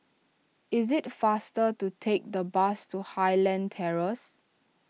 it is faster to take the bus to Highland Terrace